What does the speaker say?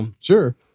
Sure